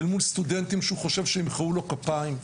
אל מול סטודנטים שהוא חושב שימחאו לו כפיים.